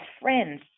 friends